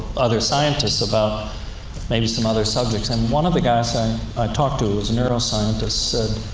other scientists, about maybe some other subjects, and one of the guys i talked to, who was a neuroscientist, said,